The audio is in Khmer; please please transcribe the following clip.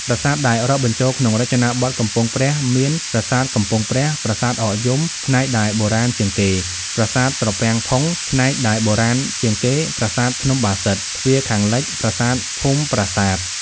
ប្រាសាទដែលរាប់បញ្ចូលក្នុងរចនាបថកំពង់ព្រះមាន៖ប្រាសាទកំពង់ព្រះ ប្រាសាទអកយំ ផ្នែកដែលបុរាណជាងគេ ប្រាសាទត្រពាំងផុង ផ្នែកដែលបុរាណជាងគេ ប្រាសាទភ្នំបាសិទ្ធ ទ្វារខាងលិច ប្រាសាទភូមិប្រាសាទ។